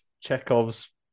Chekhov's